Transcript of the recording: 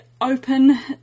open